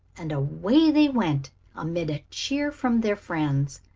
and away they went amid a cheer from their friends.